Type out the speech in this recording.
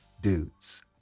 dudes